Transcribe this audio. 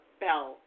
bell